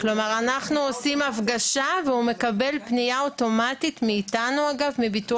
כמו שאמרתי, אנחנו נעשה כל שנוכל על מנת להקל על